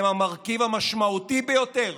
שהם המרכיב המשמעותי ביותר